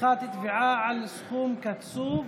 פתיחת תביעה על סכום קצוב),